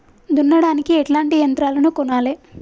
దున్నడానికి ఎట్లాంటి యంత్రాలను కొనాలే?